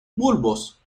bulbos